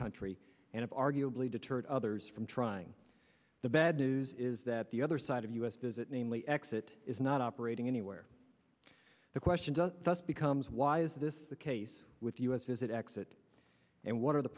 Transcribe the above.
country and arguably deterred others from trying the bad news is that the other side of us does it namely x it is not operating anywhere the question does thus becomes why is this the case with us is it exit and what are the